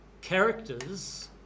characters